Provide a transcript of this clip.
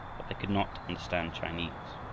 but they could not understand chinese.